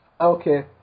Okay